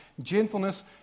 gentleness